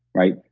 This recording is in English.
right?